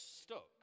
stuck